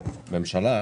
לממשלה.